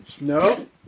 No